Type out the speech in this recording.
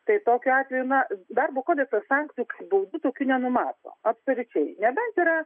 tai tokiu atveju na darbo kodeksas sankcijų kaip baudų tokių nenumato absoliučiai nebent yra